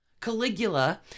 Caligula